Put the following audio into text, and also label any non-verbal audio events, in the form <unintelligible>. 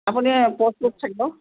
আপুনি <unintelligible> থাকিব